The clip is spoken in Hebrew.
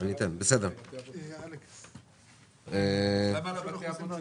אז למה לבתי אבות נשאר?